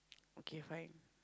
okay fine